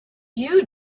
you